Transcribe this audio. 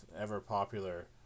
ever-popular